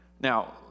Now